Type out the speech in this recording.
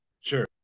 Sure